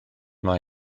mae